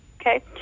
Okay